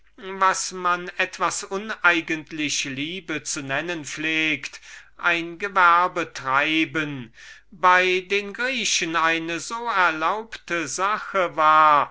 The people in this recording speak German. was man etwas uneigentlich liebe zu nennen pflegt ein gewerbe treiben bei den griechen eine so erlaubte sache war